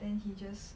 then he just